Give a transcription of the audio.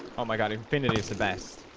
oh my god infinity is the best.